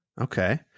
Okay